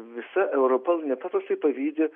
visa europa nepaprastai pavydi